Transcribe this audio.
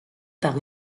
par